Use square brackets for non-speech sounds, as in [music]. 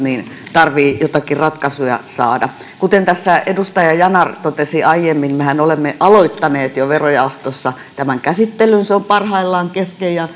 tarvitsee jotakin ratkaisuja saada kuten tässä edustaja yanar totesi aiemmin mehän olemme jo aloittaneet verojaostossa tämän käsittelyn se on parhaillaan kesken ja [unintelligible]